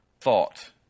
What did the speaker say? thought